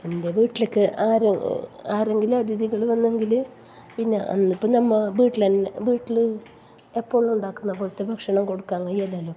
എന്റെ വീട്ടിലേക്ക് ആര് ആരെങ്കിലും അതിഥികൾ വന്നെങ്കിൽ പിന്നെ ഇപ്പോൾ നമ്മൾ വീട്ടിൽ വീട്ടിൽ എപ്പോഴും ഉണ്ടാക്കുന്ന പോലത്തെ ഭക്ഷണം കൊടുക്കാന് കഴിയില്ലല്ലോ